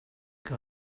que